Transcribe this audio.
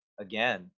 again